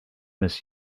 miss